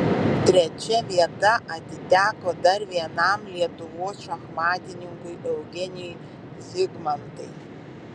trečia vieta atiteko dar vienam lietuvos šachmatininkui eugenijui zigmantai